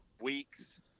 weeks